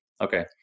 Okay